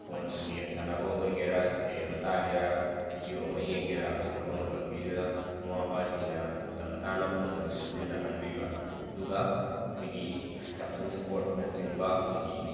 phone game ꯁꯥꯟꯅꯕ ꯑꯣꯏꯒꯦꯔꯥ ꯏꯁꯩ ꯑꯃ ꯇꯥꯒꯦꯔꯥ ꯕꯤꯗꯤꯑꯣ ꯑꯃ ꯌꯦꯡꯒꯦꯔꯥ ꯑꯀꯛꯅꯕ ꯃꯇꯝ ꯄꯤꯗꯨꯅ ꯃꯃꯥ ꯃꯄꯥꯁꯤꯡꯅ ꯃꯇꯝ ꯆꯥꯅ ꯐꯣꯟ ꯑꯗꯨ ꯁꯤꯖꯟꯅꯍꯟꯕꯤꯕ ꯑꯗꯨꯒ ꯑꯩꯈꯣꯏꯒꯤ ꯌꯥꯎꯁꯪ ꯁ꯭ꯄꯔꯠꯅꯆꯤꯡꯕ ꯑꯩꯈꯣꯏꯒꯤ